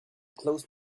closed